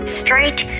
straight